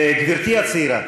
גברתי הצעירה,